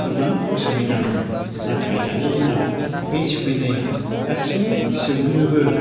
गोबां असुबिदामोन नाथाय दानि दिनाव बे सुबिदाया गासै सुबुंनोबो